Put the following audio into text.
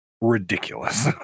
ridiculous